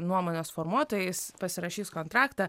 nuomonės formuotojais pasirašys kontraktą